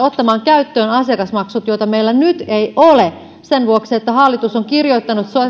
ottamaan käyttöön asiakasmaksut joita meillä nyt ei ole sen vuoksi että hallitus on kirjoittanut